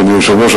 אדוני היושב-ראש,